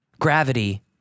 Gravity